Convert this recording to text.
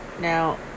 Now